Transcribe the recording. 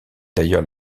d’ailleurs